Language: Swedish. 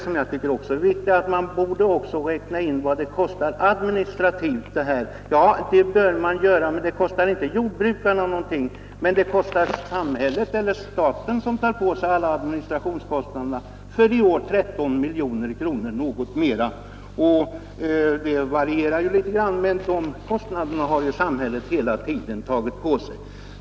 Herr Kristiansson sade vidare att man också borde räkna in vad systemet kostar administrativt. Ja, det bör man göra. Det kostar inte jordbrukarna någonting, men staten tar på sig alla administrativa kostnader, som i år uppgår till något mer än 13 miljoner kronor — det varierar litet. De kostnaderna har samhället hela tiden tagit på sig.